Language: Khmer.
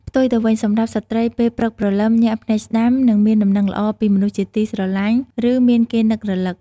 ផ្ទុយទៅវិញ សម្រាប់ស្រ្តី ពេលព្រឹកព្រលឹម ញាក់ភ្នែកស្តាំ នឹងមានដំណឹងល្អពីមនុស្សជាទីស្រឡាញ់ ឬមានគេនឹករឭក។